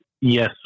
yes